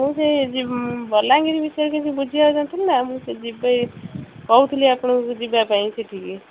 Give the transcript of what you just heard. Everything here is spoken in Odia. ମୁଁ ସେ ବଲାଙ୍ଗୀରି ବିଷୟରେ କିଛି ବୁଝିବାକୁ ଚାହୁଁଥିଲି ତ ମୁଁ ସେ ଯିବେ କହୁଥିଲି ଆପଣଙ୍କୁ ଯିବା ପାଇଁ ସେଠିକି